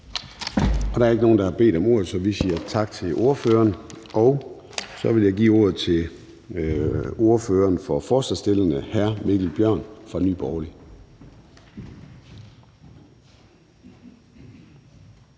Der er ikke nogen, der har bedt om ordet, så vi siger tak til ordføreren. Så vil jeg give ordet til ordføreren for forslagsstillerne, hr. Mikkel Bjørn fra Nye